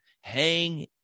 hang